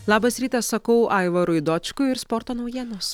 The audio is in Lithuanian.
labas rytas sakau aivarui dočkui ir sporto naujienos